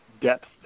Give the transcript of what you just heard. depth